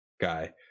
guy